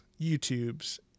YouTubes